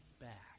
back